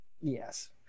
yes